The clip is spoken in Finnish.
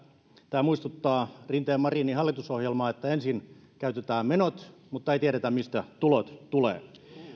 tämä muistuttaa rinteen marinin hallitusohjelmaa että ensin käytetään menot mutta ei tiedetä mistä tulot